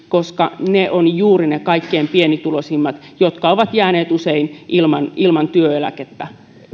koska ne ovat juuri ne kaikkein pienituloisimmat jotka ovat jääneet usein ilman ilman työeläkettä